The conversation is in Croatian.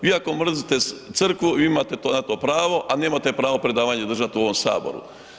Vi ako mrzite Crkvu, vi imate na to pravo, ali nemate pravo predavanja držati u ovom Saboru.